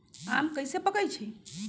आम कईसे पकईछी?